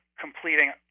completing